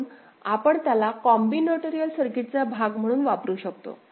म्हणून आपण त्याला कॉम्बिनटोरियल सर्किटचा भाग म्हणून वापरू शकतो